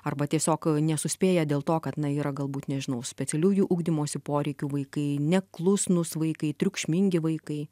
arba tiesiog nesuspėja dėl to kad na yra gal būt nežinau specialiųjų ugdymosi poreikių vaikai neklusnūs vaikai triukšmingi vaikai